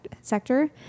sector